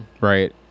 right